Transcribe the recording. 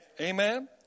amen